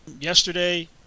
yesterday